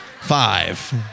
Five